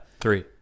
three